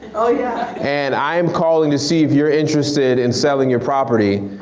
ah yeah and i am calling to see if you're interested in selling your property.